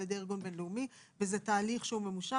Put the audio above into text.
ידי ארגון בין-לאומי וזה תהליך שהוא ממושך.